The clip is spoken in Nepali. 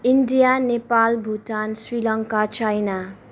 India Nepal Bhutan Sri Lanka China